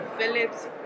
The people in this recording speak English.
Phillips